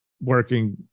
working